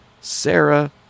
Sarah